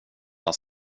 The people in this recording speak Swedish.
bara